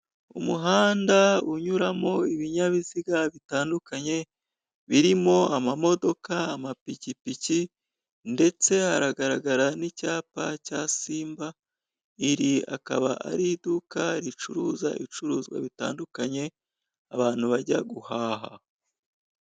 Umuhanda unyuramo ibinyabiziga bitandukanye birimo amamodoka, amapikipiki ndetse haragaragara n'icyapa cya Simba, iri akaba ari iduka ricuruza ibicuruzwa bitandukanye abantu bajya guhaha.